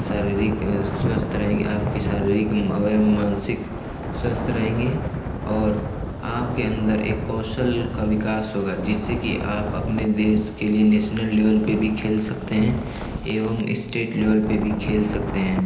शारीरिक स्वस्थ रहेंगे आपके शारीरिक एवं मानसिक स्वस्थ रहेंगे और आपके अन्दर एक कौशल का विकास होगा जिससे कि आप अपने देश के लिए नेशनल लेवल पर भी खेल सकते हैं एवं स्टेट लेवल पर भी खेल सकते हैं